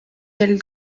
der